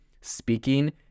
speaking